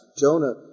Jonah